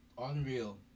Unreal